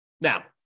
Now